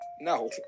No